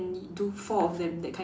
only do four of them that kind